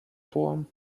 poem